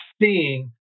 seeing